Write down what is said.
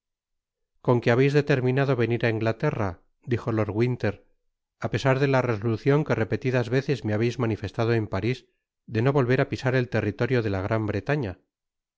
con qué habeis determinado venir á inglaterra dijo lord winter á pesar de la resolucion que repetidas veces me habeis manifestado en paris de no volver á pisar et territorio de la gran bretaña